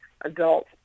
adult